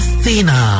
Athena